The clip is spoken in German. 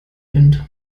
wind